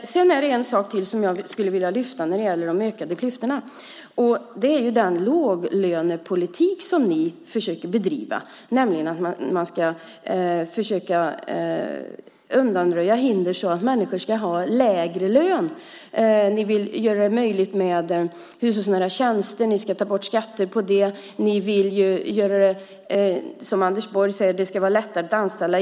Sedan finns det en sak till som jag skulle vilja lyfta fram när det gäller de ökade klyftorna. Det gäller den låglönepolitik som ni försöker bedriva. Ni försöker undanröja hinder för att människor ska få lägre lön. Ni vill göra det möjligt med hushållsnära tjänster genom att ta bort skatter på det. Anders Borg säger att det ska vara lättare att anställa.